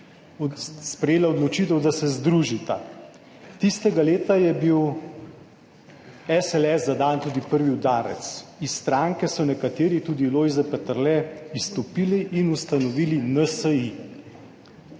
sprejela odločitev, da se združita. Tistega leta je bil SLS zadan tudi prvi udarec. Iz stranke so nekateri, tudi Lojze Peterle, izstopili in ustanovili NSi.